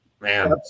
man